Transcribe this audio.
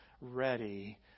ready